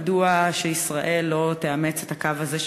מדוע ישראל לא תאמץ את הקו הזה,